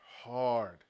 Hard